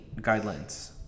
guidelines